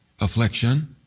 affliction